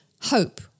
hope